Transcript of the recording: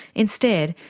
instead,